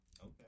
Okay